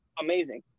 amazing